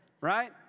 right